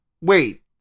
wait